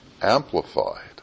amplified